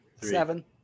Seven